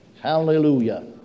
Hallelujah